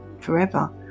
forever